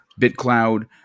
BitCloud